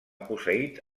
posseït